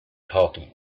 talking